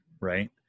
right